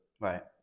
right